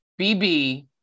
Bb